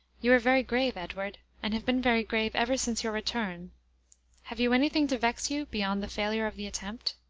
you are very grave, edward, and have been very grave ever since your return have you any thing to vex you beyond the failure of the attempt.